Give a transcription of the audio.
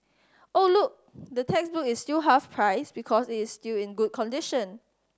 oh look the textbook is still half price because it is still in good condition